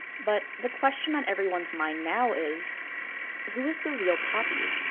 but the question on everyone's mind now is who is the real poppy?